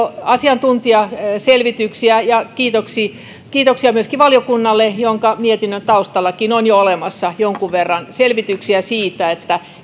asiantuntijaselvityksiä ja kiitoksia kiitoksia myöskin valiokunnalle jonka mietinnön taustallakin on jo olemassa jonkun verran selvityksiä siitä